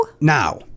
Now